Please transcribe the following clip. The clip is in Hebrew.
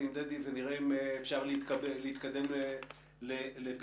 תודה לך.